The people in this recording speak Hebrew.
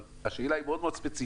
אבל השאלה היא מאוד מאוד ספציפית.